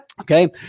Okay